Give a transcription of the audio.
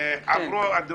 עברו, אדוני,